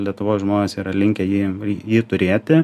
lietuvos žmonės yra linkę jį jį turėti